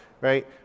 right